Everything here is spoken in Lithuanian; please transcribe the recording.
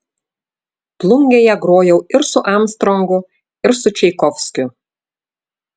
plungėje grojau ir su armstrongu ir su čaikovskiu